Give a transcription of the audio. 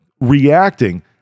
reacting